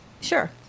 Sure